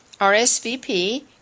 RSVP